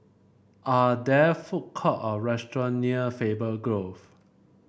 are there food court or restaurant near Faber Grove